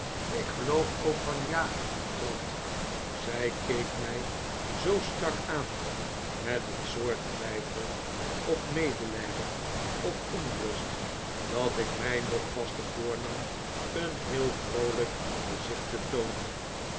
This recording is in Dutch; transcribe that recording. ik geloof ook van ja trot zij keek mij zoo strak aan met een soort twijfel of medelijden of onrust dat ik mij nog vaster voornam een heel vroolijk gezicht te toonen